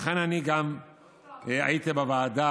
ולכן אני גם הייתי בוועדה